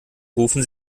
rufen